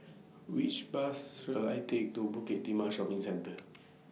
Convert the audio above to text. Which Bus should I Take to Bukit Timah Shopping Centre